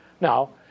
Now